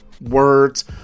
words